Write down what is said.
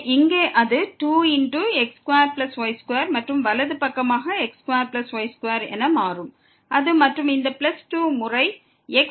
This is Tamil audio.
எனவே இங்கே அது 2x2y2 மற்றும் வலது பக்கமாக x2y2 என மாறும் அது மற்றும் இந்த பிளஸ் 2 முறை x மற்றும் y